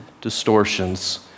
distortions